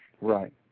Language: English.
right